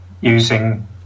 using